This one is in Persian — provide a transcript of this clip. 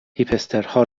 هیپسترها